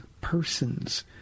persons